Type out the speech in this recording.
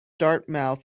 dartmouth